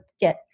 get